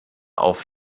auf